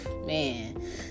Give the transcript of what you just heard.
man